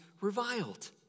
reviled